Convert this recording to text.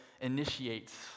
initiates